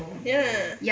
ya